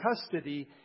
custody